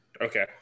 Okay